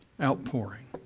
outpouring